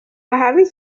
ahabi